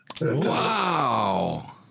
Wow